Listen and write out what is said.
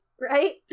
Right